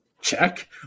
check